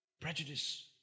prejudice